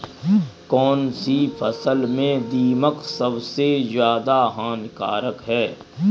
कौनसी फसल में दीमक सबसे ज्यादा हानिकारक है?